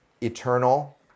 eternal